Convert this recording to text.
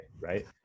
right